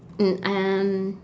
um um